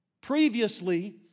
Previously